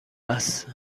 است